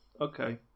Okay